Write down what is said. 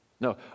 No